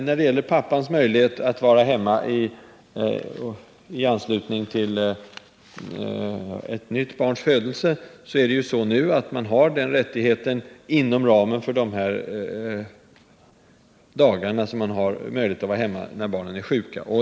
När det gäller pappans möjligheter att vara hemma i anslutning till ett nytt barns födelse finns ju nu den rättigheten inom ramen för det antal dagar som man har möjlighet att vara hemma när ett barn är sjukt.